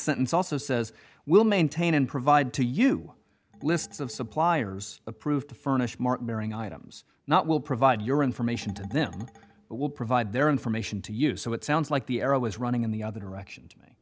sentence also says we'll maintain and provide to you lists of suppliers approved to furnish martin bearing items not will provide your information to them but will provide their information to use so it sounds like the arrow is running in the other direction to me